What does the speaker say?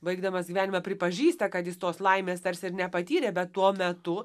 baigdamas gyvenime pripažįsta kad jis tos laimės tarsi ir nepatyrė bet tuo metu